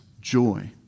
joy